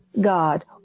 God